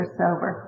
sober